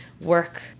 work